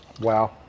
Wow